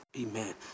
Amen